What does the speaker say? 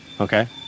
okay